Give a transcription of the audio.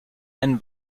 einen